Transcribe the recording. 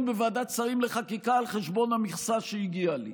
בוועדת שרים לחקיקה על חשבון המכסה שהגיעה לי,